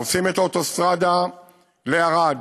עושים את האוטוסטרדה לערד,